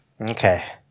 Okay